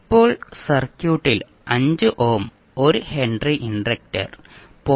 ഇപ്പോൾ സർക്യൂട്ടിൽ 5 ohm 1 henry inductor 0